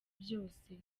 byose